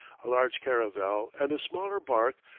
a large caravel and a smaller barque,